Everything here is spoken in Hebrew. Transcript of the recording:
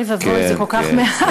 אוי ואבוי, זה כל כך מעט.